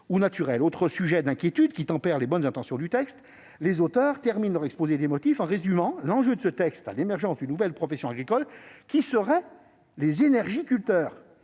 ou naturelles. Autre sujet d'inquiétude, qui tempère les bonnes intentions du texte, les auteurs terminent leur exposé des motifs en résumant l'enjeu de ce texte à l'émergence d'une nouvelle profession agricole : les « énergiculteurs